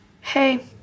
Hey